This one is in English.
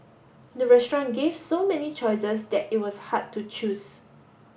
the restaurant gave so many choices that it was hard to choose